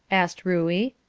asked ruey.